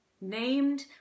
named